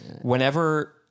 whenever